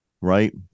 right